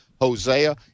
Hosea